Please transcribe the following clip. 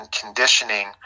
conditioning